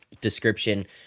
description